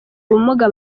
ubumuga